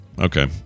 Okay